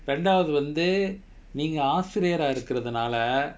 ரெண்டாவது வந்து நீங்க ஆசிரியரா இருக்குறதனால:rendavathu vanthu neenga aasiriyaraa irukurathanaala